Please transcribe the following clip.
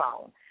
phone